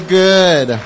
good